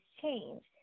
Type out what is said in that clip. change